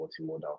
multimodal